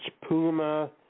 Puma